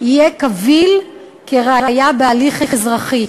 יהיה קביל כראיה בהליך אזרחי,